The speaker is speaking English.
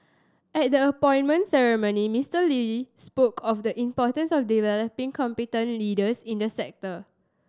at the appointment ceremony Mister Lee spoke of the importance of developing competent leaders in the sector